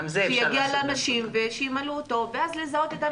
עם זה אפשר לעשות.